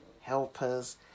helpers